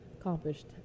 accomplished